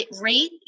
rate